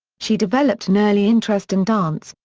she developed an early interest in dance,